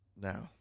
Now